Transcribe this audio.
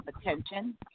attention